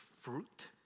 fruit